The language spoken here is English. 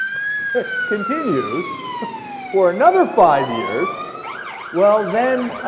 continues for another five years well then